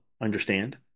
understand